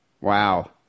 Wow